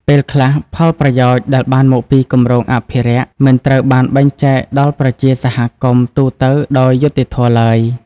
ពេលខ្លះផលប្រយោជន៍ដែលបានមកពីគម្រោងអភិរក្ស មិនត្រូវបានបែងចែកដល់ប្រជាសហគមន៍ទូទៅដោយយុត្តិធម៌ឡើយ។